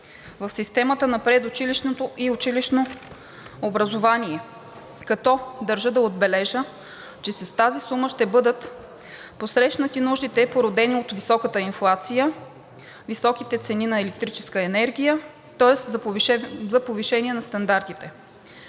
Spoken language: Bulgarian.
в системата на предучилищното и училищното образование. Държа да отбележа, че с тази сума ще бъдат посрещнати нуждите, породени от високата инфлация, високите цени на електрическата енергия, тоест за повишение на стандартите.